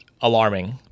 alarming